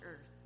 earth